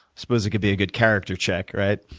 suppose it could be a good character check, right?